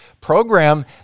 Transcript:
program